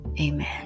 Amen